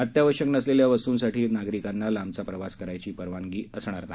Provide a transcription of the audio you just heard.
अत्यावश्यक नसलेल्या वस्तूंसाठी नागरिकांना लांबचा प्रवास करायची परवानगी असणार नाही